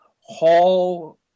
Hall